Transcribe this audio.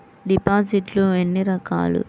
డిపాజిట్లు ఎన్ని రకాలు?